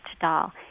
doll